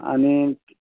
आनी